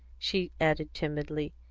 she added timidly,